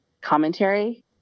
commentary